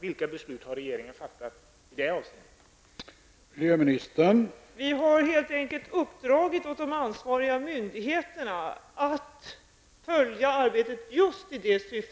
Vilka beslut har regeringen fattat i det avseendet?